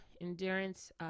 endurance